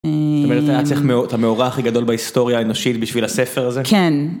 זאת אומרת היה צריך את המאורע הכי הגדול בהיסטוריה האנושית בשביל הספר הזה? כן.